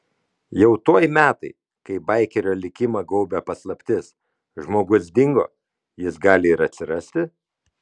jau tuoj metai kai baikerio likimą gaubia paslaptis žmogus dingo jis gali ir atsirasti